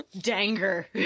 danger